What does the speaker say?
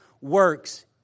works